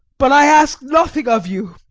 but i ask nothing of you.